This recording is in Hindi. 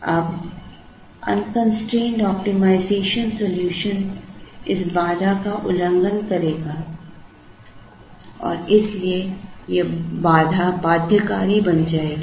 अब अनकंस्ट्रेंड ऑप्टिमाइजेशन सॉल्यूशन इस बाधा का उल्लंघन करेगा और इसलिए यह बाधा बाध्यकारी बन जाएगी